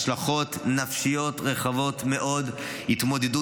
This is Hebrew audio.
השלכות נפשיות רחבות מאוד: התמודדות